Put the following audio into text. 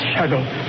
Shadow